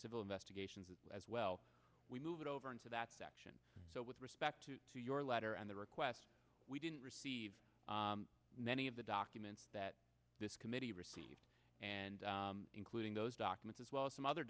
civil investigations as well we move it over into that section so with respect to your letter and the request we didn't receive many of the documents that this committee received and including those documents as well as some other